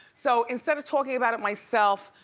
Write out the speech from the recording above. so instead of talking about it myself,